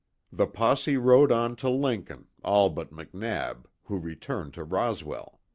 the posse rode on to lincoln, all but mcnab, who returned to roswell.